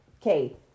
Okay